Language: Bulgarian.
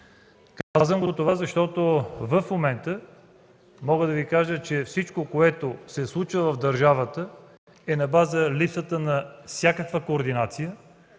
Казвам това, защото в момента мога да Ви кажа, че всичко, което се случва в държавата, е на базата на липсата на всякаква координация,